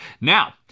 Now